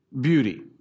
beauty